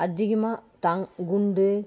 அதிகமாக தான் குண்டு